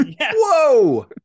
Whoa